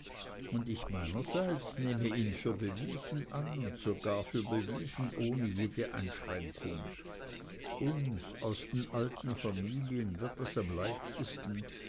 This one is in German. und ich meinerseits nehme ihn für bewiesen an und sogar für bewiesen ohne jede einschränkung uns aus den alten familien wird das am leichtesten